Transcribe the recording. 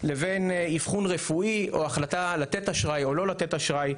לבין אבחון רפואי או החלטה לתת אשראי או לא לתת אשראי,